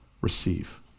receive